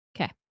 Okay